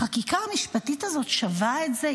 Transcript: החקיקה המשפטית הזאת שווה את זה?